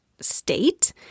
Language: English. state